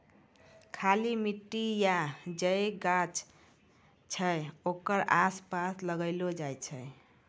खाली मट्टी या जे गाछ छै ओकरे आसपास लगैलो जाय छै